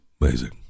Amazing